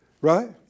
Right